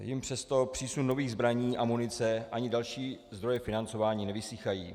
Jim přesto přísun nových zbraní a munice ani další zdroje financování nevysychají.